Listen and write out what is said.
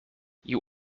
you